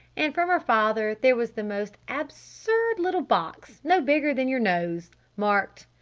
and from her father there was the most absurd little box no bigger than your nose marked,